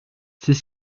c’est